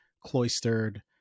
cloistered